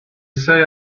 say